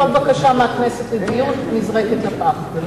כל בקשה מהכנסת לדיון נזרקת לפח.